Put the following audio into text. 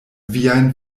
viajn